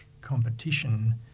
competition